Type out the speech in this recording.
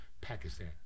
Pakistan